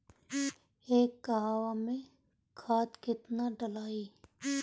एक कहवा मे खाद केतना ढालाई?